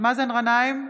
מאזן גנאים,